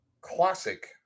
classic